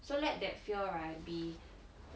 so let that fear right be